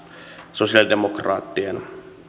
sosiaalidemokraattien